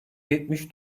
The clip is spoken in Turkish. yetmiş